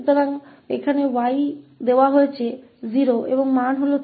तो यहाँ 𝑦 को 0 पर दिया गया है और मान 3 है